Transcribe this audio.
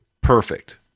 Perfect